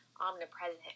omnipresent